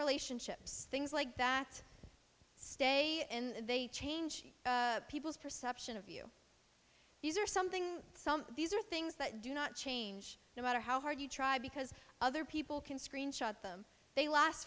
relationships things like that stay in they change people's perception of you these are something some these are things that do not change no matter how hard you try because other people can screenshot them they last